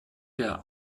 der